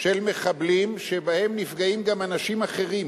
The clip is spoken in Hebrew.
של מחבלים שבהם נפגעים גם אנשים אחרים,